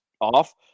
off